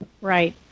right